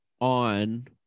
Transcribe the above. on